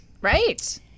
right